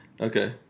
okay